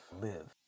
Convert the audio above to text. live